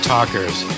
Talkers